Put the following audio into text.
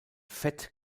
fett